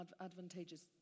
advantageous